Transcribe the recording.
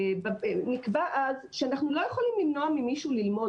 נקבע אז שאנחנו לא יכולים למנוע ממישהו ללמוד.